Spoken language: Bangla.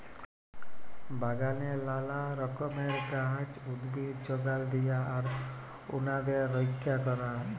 বাগালে লালা রকমের গাহাচ, উদ্ভিদ যগাল দিয়া আর উনাদের রইক্ষা ক্যরা